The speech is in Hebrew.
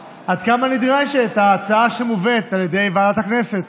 שנדרשת ההצעה שמובאת על ידי ועדת הכנסת.